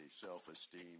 self-esteem